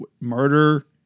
Murder